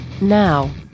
now